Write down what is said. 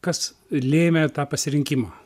kas lėmė tą pasirinkimą